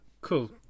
Cool